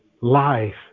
life